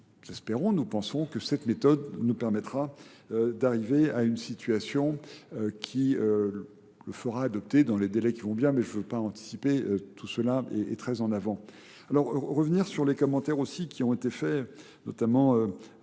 nous espérons, nous pensons que cette méthode nous permettra d'arriver à une situation qui le fera adopter dans les délais qui vont bien, mais je ne veux pas anticiper, tout cela est très en avant. Alors, revenir sur les commentaires aussi qui ont été faits, notamment, Marc